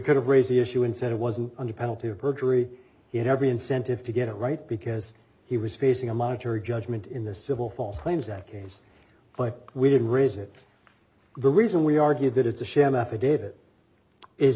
could have raised the issue and said it wasn't under penalty of perjury in every incentive to get it right because he was facing a monetary judgment in the civil false claims act case but we did raise it the reason we argued that it's a sham affidavit is